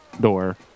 door